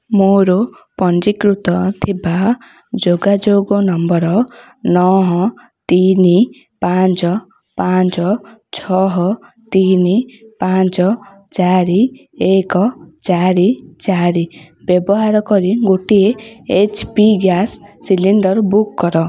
ମୋର ପଞ୍ଜୀକୃତ ଥିବା ଯୋଗାଯୋଗ ନମ୍ବର୍ ନଅ ତିନି ପାଞ୍ଚ ପାଞ୍ଚ ଛଅ ତିନି ପାଞ୍ଚ ଚାରି ଏକ ଚାରି ଚାରି ବ୍ୟବାହାର କରି ଗୋଟିଏ H P gas cylinder book କର